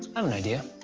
um an idea.